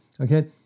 okay